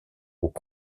aux